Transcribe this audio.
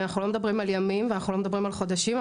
אנחנו לא מדברים על ימים ולא על חודשים,